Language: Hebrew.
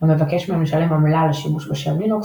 המבקש מהם לשלם עמלה על השימוש בשם לינוקס,